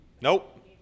Nope